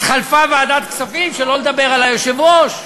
התחלפה ועדת כספים, שלא לדבר על היושב-ראש.